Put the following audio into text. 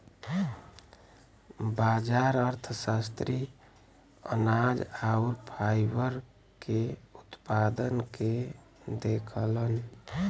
बाजार अर्थशास्त्री अनाज आउर फाइबर के उत्पादन के देखलन